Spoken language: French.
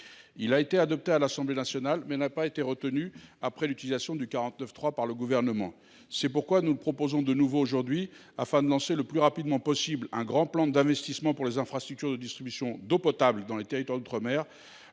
Il a été adopté à l’Assemblée nationale, mais n’a pas été retenu après l’utilisation du 49.3 par le Gouvernement. Nous le proposons de nouveau aujourd’hui, afin de lancer le plus rapidement possible un grand plan d’investissement pour les infrastructures de distribution d’eau potable dans lesdits territoires.